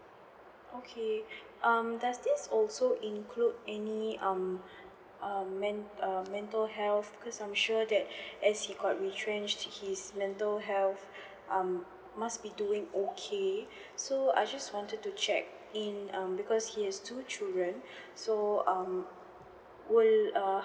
okay um does this also include any um um men~ uh mental health because I'm sure that as he got retrenched his mental health um must be doing okay so I just wanted to check in um because he has two children so um will uh